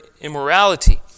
immorality